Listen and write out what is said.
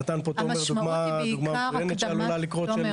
נתן פה תומר דוגמא מצוינת שעלולה לקרות,